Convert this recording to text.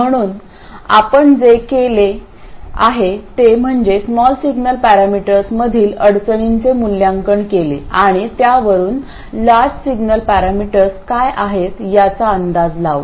म्हणून आपण जे केले आहे ते म्हणजे स्मॉल सिग्नल पॅरामीटर्समधील अडचणींचे मूल्यांकन केले आणि त्यावरून लार्जं सिग्नल पॅरामीटर्स काय आहेत याचा अंदाज लावला